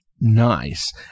Nice